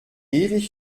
ewig